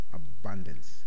abundance